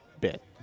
bit